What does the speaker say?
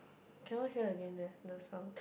cannot hear again eh the sound